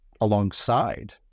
alongside